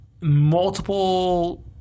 multiple